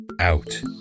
out